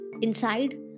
Inside